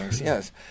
yes